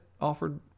offered